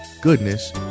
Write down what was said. goodness